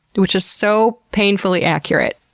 which is so painfully accurate.